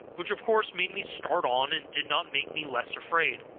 which of course made me start on, and did not make me less afraid.